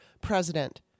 president